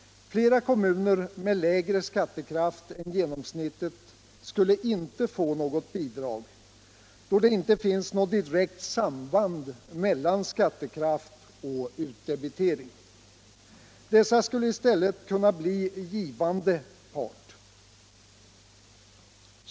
Flera kommuner med lägre skattekraft än genomsnittet skulle inte få något bidrag, då det inte finns något direkt samband mellan skattekraft och utdebitering. Dessa skulle i stället kunna bli givande part.